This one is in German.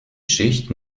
schicht